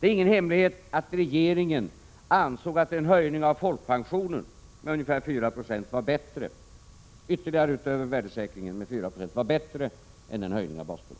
Det är ingen hemlighet att regeringen ansåg att en höjning av folkpensionen med ungefär 4 9 ytterligare utöver värdesäkringen var bättre än en höjning av basbeloppet.